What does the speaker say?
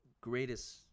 greatest